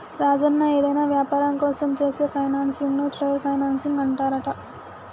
రాజన్న ఏదైనా వ్యాపారం కోసం చేసే ఫైనాన్సింగ్ ను ట్రేడ్ ఫైనాన్సింగ్ అంటారంట